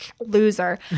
loser